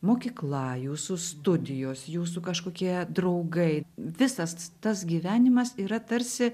mokykla jūsų studijos jūsų kažkokie draugai visas tas gyvenimas yra tarsi